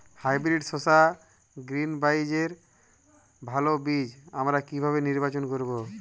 Hybrid শসা গ্রীনবইয়ের ভালো বীজ আমরা কিভাবে নির্বাচন করব?